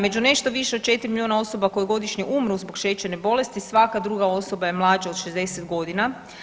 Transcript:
Među nešto više od 4 milijuna osoba koje godišnje umru zbog šećerne bolesti svaka druga osoba je mlađa od 60 godina.